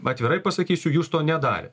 atvirai pasakysiu jūs to nedarė